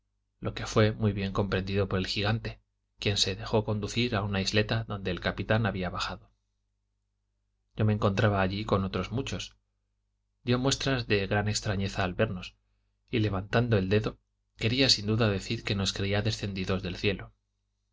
lo que fué muy bien comprendido por el gigante quien se dejó conducir a una isleta donde el capitán había bajado yo me encontraba allí con otros muchos dio muestras de gran extrañeza al vernos y levantando el dedo quería sin duda decir que nos creía descendidos del cielo